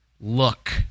Look